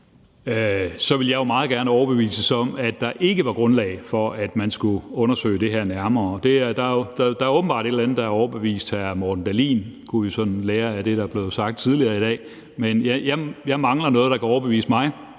vil jeg jo meget gerne overbevises om, at der ikke var grundlag for, at man skulle undersøge det her nærmere. Der er åbenbart et eller andet, der har overbevist hr. Morten Dahlin, kunne vi sådan lære af det, der blev sagt tidligere i dag. Men jeg mangler noget, der kan overbevise mig,